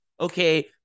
Okay